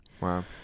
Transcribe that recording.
Wow